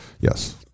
yes